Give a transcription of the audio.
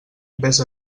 vés